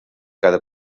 cada